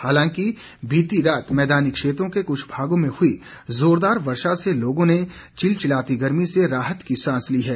हालांकि बीती रात मैदानी क्षेत्रों के कुछ भागों में हुई जोरदार वर्षा से लोगों ने चिलचिलाती गर्मी से राहत की सांस ली है